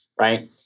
right